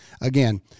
again